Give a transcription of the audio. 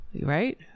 right